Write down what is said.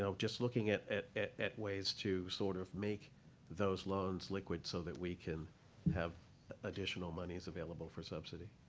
so just looking at it at at ways to sort of make those loans liquid so that we can have additional monies available for subsidy.